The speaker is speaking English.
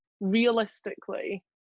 realistically